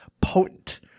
potent